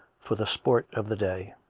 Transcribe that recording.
for the sport of the day.